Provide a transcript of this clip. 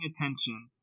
attention